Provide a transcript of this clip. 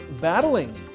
battling